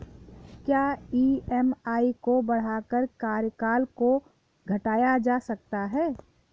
क्या ई.एम.आई को बढ़ाकर कार्यकाल को घटाया जा सकता है?